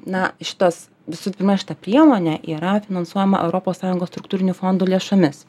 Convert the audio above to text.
na šitas visų pima šita priemonė yra finansuojama europos sąjungos struktūrinių fondų lėšomis